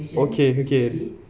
okay okay